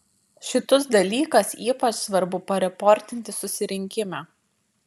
šitus dalykas ypač svarbu pareportinti susirinkime